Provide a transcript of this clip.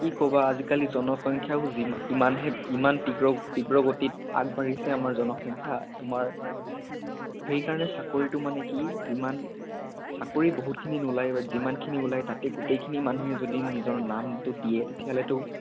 কি ক'বা আজিকালি জনসংখ্যাও যিমা ইমানহে ইমান তীব্ৰ তীব্ৰ গতিত আগবাঢ়িছে আমাৰ জনসংখ্যা তোমাৰ সেইকাৰণে চাকৰিটো মানে কি যিমান চাকৰি বহুতখিনি নোলায়োও যিমানখিনি ওলায় তাতেই গোটেইখিনি মানুহে যদি নিজৰ নামটো দিয়ে তেতিয়াহ'লেটো